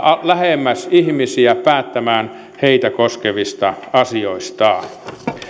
lähemmäs ihmisiä päättämään heitä koskevista asioista